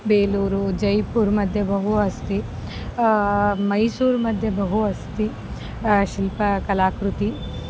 बेलूरु जैपुरमध्ये बहु अस्ति मैसूर्मध्ये बहु अस्ति शिल्पकलाकृतिः